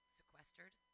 sequestered